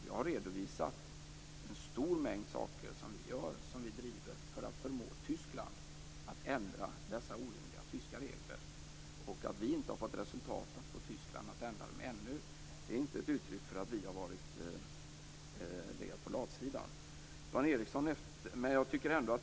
Jag har redovisat en stor mängd saker som vi driver för att förmå Tyskland att ändra dessa orimliga tyska regler. Att vi inte har fått till resultat att Tyskland har gjort dessa ändringar ännu, är inte ett uttryck för att vi har legat på latsidan.